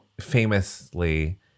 famously